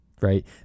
right